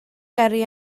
gyrru